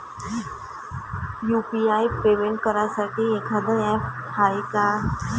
UPI payment करासाठी एखांद app हाय का?